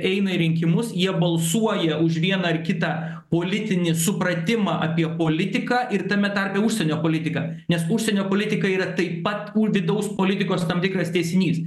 eina į rinkimus jie balsuoja už vieną ar kitą politinį supratimą apie politiką ir tame tarpe užsienio politiką nes užsienio politika yra taip pat vidaus politikos tam tikras tęsinys